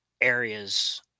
areas